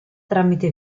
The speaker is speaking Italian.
tramite